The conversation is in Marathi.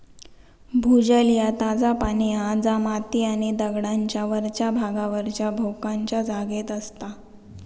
भूजल ह्या ताजा पाणी हा जा माती आणि दगडांच्या वरच्या भागावरच्या भोकांच्या जागेत असता